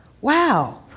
Wow